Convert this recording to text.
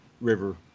river